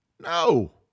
No